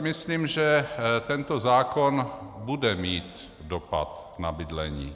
Myslím si, že tento zákon bude mít dopad na bydlení.